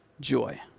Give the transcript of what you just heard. joy